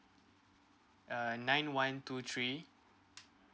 uh nine one two three